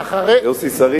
יוסי שריד.